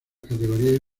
categorías